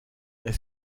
est